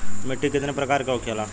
मिट्टी कितने प्रकार के होखेला?